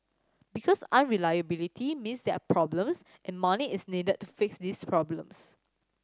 because unreliability means there are problems and money is needed to fix these problems